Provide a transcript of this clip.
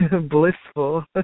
blissful